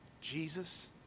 Jesus